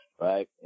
right